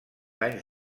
anys